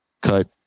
cut